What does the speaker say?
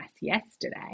yesterday